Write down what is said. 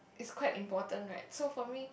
is quite important right so for me